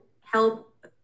help